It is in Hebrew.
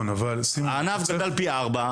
הענף גדל פי ארבעה,